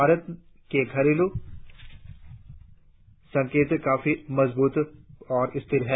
भारत के घरेलू संकेतक काफी मजबूत और स्थिर हैं